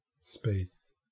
space